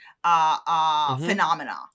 Phenomena